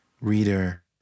reader